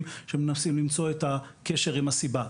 בהם מנסים למצוא את הקשר עם הסיבה.